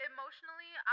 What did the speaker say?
Emotionally